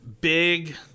Big